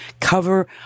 cover